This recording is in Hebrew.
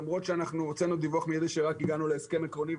למרות שהוצאנו דיווח מידי שרק הגענו להסכם עקרוני,